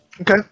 Okay